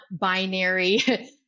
binary